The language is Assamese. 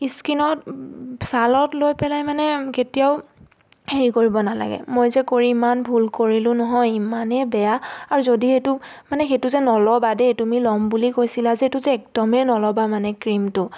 স্কিনত ছালত লৈ পেলাই মানে কেতিয়াও হেৰি কৰিব নালাগে মই যে কৰি ইমান ভুল কৰিলোঁ নহয় ইমানেই বেয়া আৰু যদি এইটো মানে সেইটো যে নল'বা দেই তুমি ল'ম বুলি কৈছিলা যে এইটো যে একদমেই নল'বা মানে ক্ৰীমটো